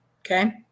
Okay